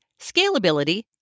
scalability